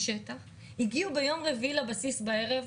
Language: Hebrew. הגיעו יום רביעי לבסיס בערב,